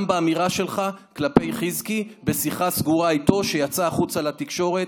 גם באמירה שלך כלפי חזקי בשיחה סגורה איתו שיצאה החוצה לתקשורת.